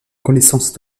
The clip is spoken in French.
connaissance